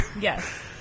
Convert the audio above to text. Yes